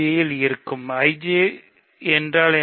யில் இருக்கும் I J என்றால் என்ன